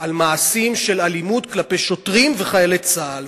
על מעשים של אלימות כלפי שוטרים וחיילי צה"ל,